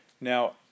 Now